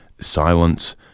silence